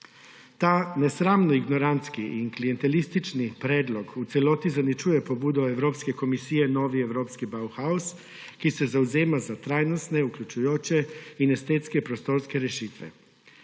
Ta nesramno ignorantski in klientelistični predlog v celoti zaničuje pobudo Evropske komisije novi evropski Bauhaus, ki se zavzema za trajnostne, vključujoče in estetske prostorske rešitve.